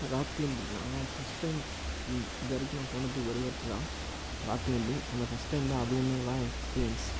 rock climbing நான் first time இது வரைக்கும் நான் போனது ஒரு வாட்டி தான் ராக் க்ளைம்பிங் அந்த ஃபஸ்ட் டைம் தான் அதுவுமே தான் எக்ஸ்பீரியன்ஸ்